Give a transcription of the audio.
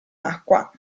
acqua